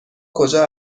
کجا